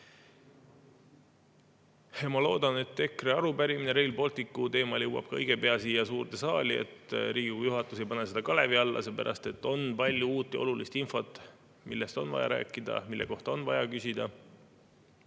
Ma loodan, et EKRE arupärimine Rail Balticu teemal jõuab ka õige pea siia suurde saali, et Riigikogu juhatus ei pane seda kalevi alla, seepärast et on palju uut ja olulist infot, millest on vaja rääkida, mille kohta on vaja küsida.